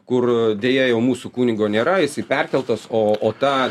kur deja jau mūsų kunigo nėra jisai perkeltas o o ta